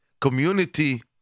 community